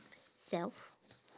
self